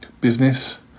business